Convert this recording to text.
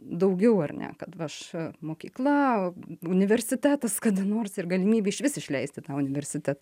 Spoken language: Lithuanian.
daugiau ar ne kad va aš mokykla universitetas kada nors ir galimybė išvis išleist į tą universitetą